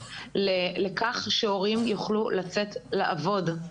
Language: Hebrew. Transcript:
לכך שהורים יוכלו לצאת לעבוד.